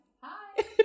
hi